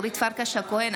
אורית פרקש הכהן,